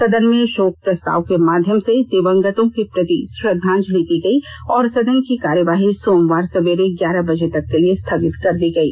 सदन में शोक प्रस्ताव के माध्यम से दिवंगतों के प्रति श्रद्वांजलि दी गयी और सदन की कार्रवाही सोमवार सवेरे ग्यारह बजे तक के लिए स्थगित कर दी गयी